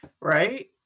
Right